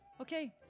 Okay